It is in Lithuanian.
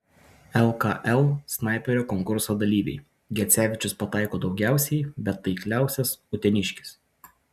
lkl snaiperio konkurso dalyviai gecevičius pataiko daugiausiai bet taikliausias uteniškis